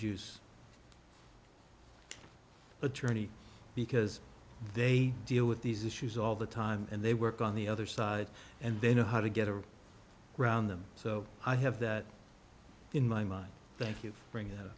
use attorney because they deal with these issues all the time and they work on the other side and they know how to get a round them so i have that in my mind thank you bring